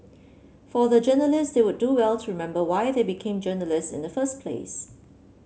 for the journalist they would do well to remember why they became journalist in the first place